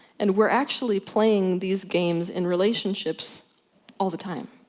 and we're actually playing these games in relationships all the time.